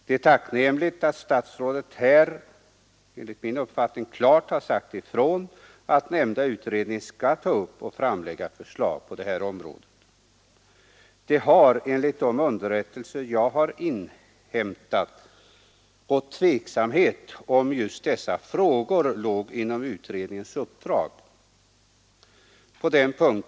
Det är tacknämligt att statsrådet, enligt min uppfattning, klart har sagt ifrån att nämnda utredning skall ta upp och framlägga förslag på detta område. Det har enligt de underrättelser jag inhämtat rått tveksamhet om dessa frågor ingick i utredningens uppdrag.